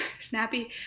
snappy